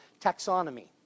taxonomy